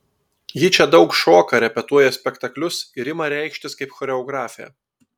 ji čia daug šoka repetuoja spektaklius ir ima reikštis kaip choreografė